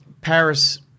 Paris